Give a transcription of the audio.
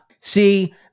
See